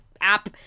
app